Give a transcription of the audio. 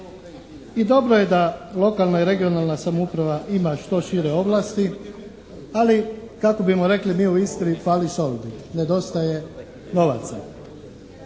I dobro je da lokalna i regionalna samouprava ima što šire ovlasti ali kako bi rekli mi u Istri "fali šoldi"-"nedostaje novaca".